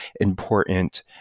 important